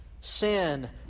sin